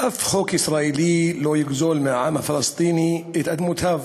אף חוק ישראלי לא יגזול מהעם הפלסטיני את אדמותיו.